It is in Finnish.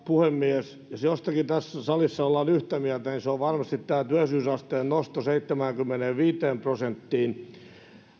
puhemies jos jostakin tässä salissa ollaan yhtä mieltä niin se on varmasti tämä työllisyysasteen nosto seitsemäänkymmeneenviiteen prosenttiin